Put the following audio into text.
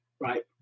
right